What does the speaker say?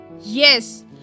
Yes